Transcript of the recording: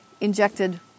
injected